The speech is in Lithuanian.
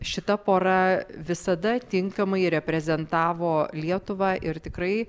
šita pora visada tinkamai reprezentavo lietuvą ir tikrai